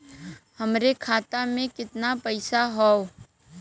हमरे खाता में कितना पईसा हौ?